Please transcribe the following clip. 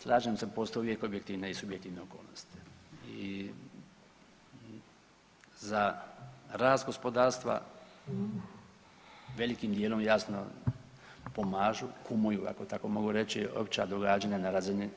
Slažem se, postoje uvijek objektivne i subjektivne okolnosti i za rast gospodarstva velikim dijelom jasno pomažu, kumuju ako tako mogu reći, opća događanja na razini